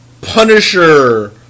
Punisher